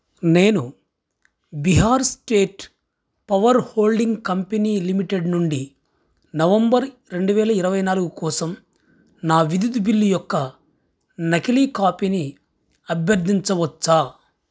నేను Bihar state power holding company limited నుండి November రెండు వేల ఇరవై నాలుగు కోసం నా విద్యుత్ బిల్లు యొక్క నకిలీ కాపీని అభ్యర్థించవచ్చా